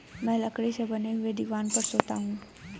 मैं लकड़ी से बने हुए दीवान पर सोता हूं